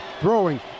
throwing